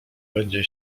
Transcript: będzie